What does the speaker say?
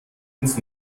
uns